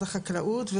החקלאות,